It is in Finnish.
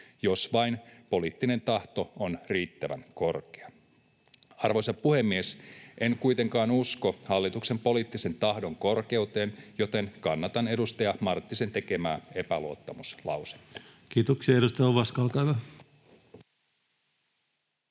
jos vain poliittinen tahto on riittävän korkea. Arvoisa puhemies! En kuitenkaan usko hallituksen poliittisen tahdon korkeuteen, joten kannatan edustaja Marttisen tekemää epäluottamuslausetta. [Speech